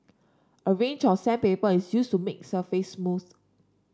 a range of sandpaper is used to make surface smooth